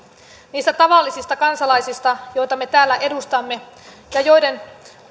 niistä tavallisista kansalaisista joita me täällä edustamme ja joiden